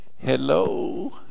Hello